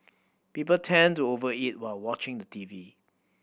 people tend to over eat while watching the T V